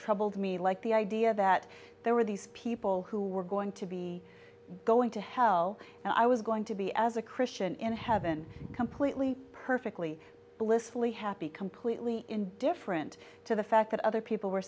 troubled me like the idea that there were these people who were going to be going to hell and i was going to be as a christian in heaven completely perfectly blissfully happy completely indifferent to the fact that other people were